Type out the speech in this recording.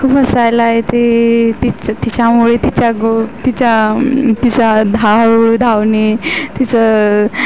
खूप हसायला येते तिच्या तिच्यामुळे तिच्या गो तिच्या तिच्या धाव धावने तिचं